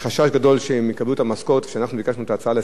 כשאנחנו ביקשנו את ההצעה לסדר-היום לא היינו בטוחים שיקבלו,